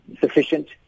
sufficient